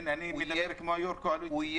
הינה אני מדבר כמו יו"ר קואליציה.